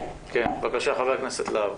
בבקשה, חבר הכנסת להב.